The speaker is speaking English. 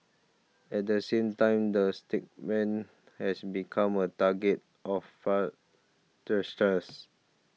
at the same time the statement has become a target of fraudsters